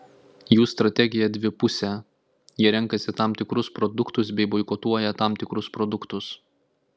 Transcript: jų strategija dvipusė jie renkasi tam tikrus produktus bei boikotuoja tam tikrus produktus